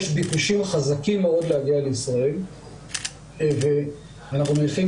יש ביקושים חזקים מאוד להגיע לישראל ואנחנו מניחים